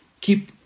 keep